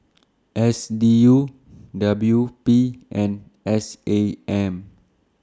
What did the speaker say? S D U W P and S A M